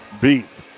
Beef